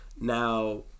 Now